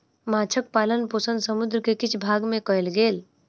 माँछक पालन पोषण समुद्र के किछ भाग में कयल गेल